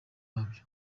wabyo